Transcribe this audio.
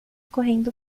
correndo